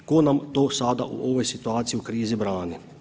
Tko nam to sada u ovoj situaciji, u krizi brani?